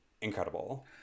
incredible